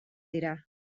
dira